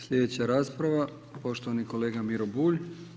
Slijedeća rasprava, poštovani kolega Miro Bulj.